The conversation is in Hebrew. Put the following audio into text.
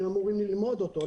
הם אמורים ללמוד אותו,